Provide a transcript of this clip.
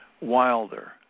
Wilder